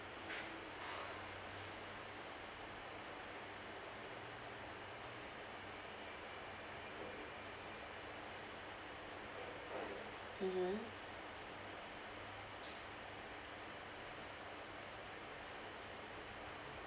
mmhmm